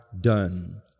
done